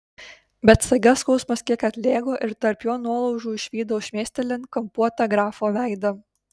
bet staiga skausmas kiek atlėgo ir tarp jo nuolaužų išvydau šmėstelint kampuotą grafo veidą